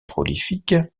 prolifique